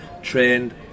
trained